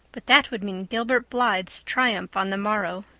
but that would mean gilbert blythe's triumph on the morrow.